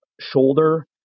shoulder